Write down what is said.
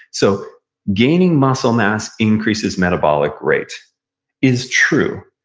so gaining muscle mass increases metabolic rate is true.